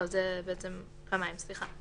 זה פעמיים, סליחה.